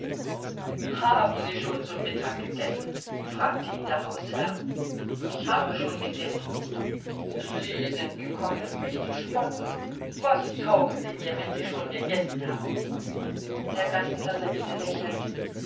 haben sie schon zu mittag gegessen fragte ihn der hausherr ich habe schon gegessen sind sie gekommen um über mich zu spotten was taugen sie mir wenn sie schon gegessen haben der gast versetzte lächelnd